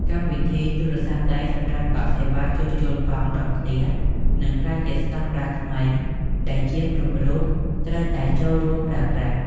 កម្មវិធីទូរស័ព្ទដៃសម្រាប់កក់សេវាជួសជុលកង់ដល់ផ្ទះ នឹងក្លាយជាស្តង់ដារថ្មីដែលជាងគ្រប់រូបត្រូវតែចូលរួមប្រើប្រាស់។